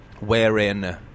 wherein